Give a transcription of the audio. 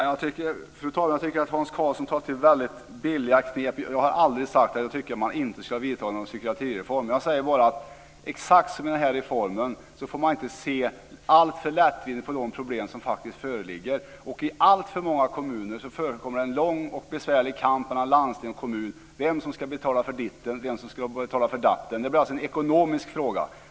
Fru talman! Jag tycker att Hans Karlsson tar till väldigt billiga knep. Jag har aldrig sagt att jag tyckte att man inte skulle ha genomfört psykiatrireformen. Jag sade bara att man - precis som med den här reformen - inte får se alltför lättvindigt på de problem som föreligger. I alltför många kommuner förekommer det en lång och besvärlig kamp mellan landsting och kommun om vem som ska betala för ditten och vem som ska betala för datten. Det blir alltså en ekonomiska fråga.